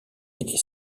est